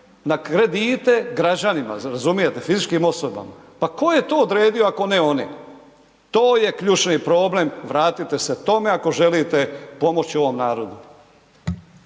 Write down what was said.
na kredite građanima, razumijete, fizičkim osobama, pa tko je to odredio ako ne oni. Vratite se tome ako želite pomoći ovom narodu.